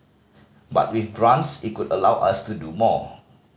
but with grants it could allow us to do more